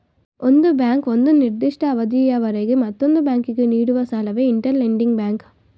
ಒಂದು ಬ್ಯಾಂಕು ಒಂದು ನಿರ್ದಿಷ್ಟ ಅವಧಿಯವರೆಗೆ ಮತ್ತೊಂದು ಬ್ಯಾಂಕಿಗೆ ನೀಡುವ ಸಾಲವೇ ಇಂಟರ್ ಲೆಂಡಿಂಗ್ ಬ್ಯಾಂಕ್